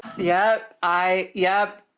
yep. i, yep.